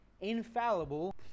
infallible